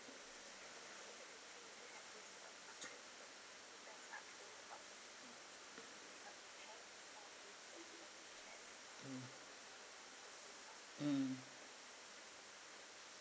mm mm